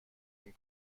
این